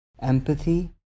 empathy